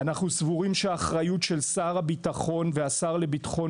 אנחנו סבורים שהאחריות של שר הביטחון והשר לביטחון